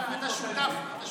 שותפות אותנטית.